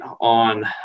on